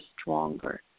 stronger